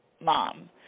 mom